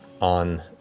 on